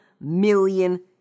million